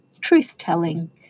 truth-telling